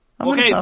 Okay